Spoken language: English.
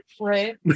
Right